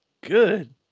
good